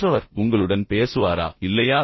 மற்றவர் உங்களுடன் பேசுவாரா இல்லையா